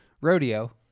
rodeo